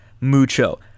Mucho